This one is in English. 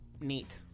neat